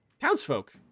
townsfolk